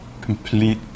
complete